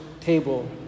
table